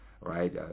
right